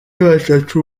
batatu